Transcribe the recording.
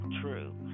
true